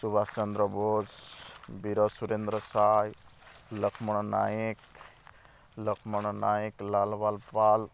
Subash Chandra Bose Veer Surendra Sai Laxman Nayak Laxman Nayak Lal Bal Pal